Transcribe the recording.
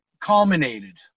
culminated